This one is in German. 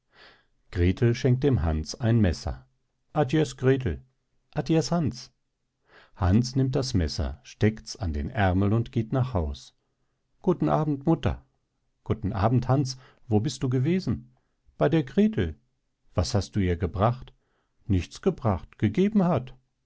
grethel schenkt dem hans ein messer adies grethel adies hans hans nimmt das messer steckts an den aermel und geht nach haus guten abend mutter guten abend hans wo bist du gewesen bei der grethel was hast du ihr gebracht nichts gebracht gegeben hat